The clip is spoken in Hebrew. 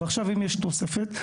ואם יש תוספת,